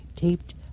taped